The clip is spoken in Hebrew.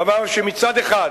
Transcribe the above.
דבר שמצד אחד